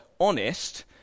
honest